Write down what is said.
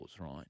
right